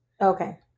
Okay